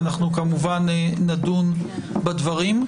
ואנחנו נדון בדברים,